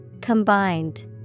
Combined